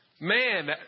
Man